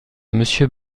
monsieur